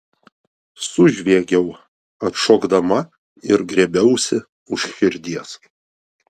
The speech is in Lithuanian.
sužviegiau atšokdama ir griebiausi už širdies